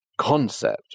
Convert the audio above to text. Concept